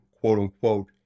quote-unquote